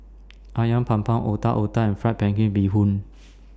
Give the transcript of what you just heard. Ayam Panggang Otak Otak and Fried Pan Crispy Bee Hoon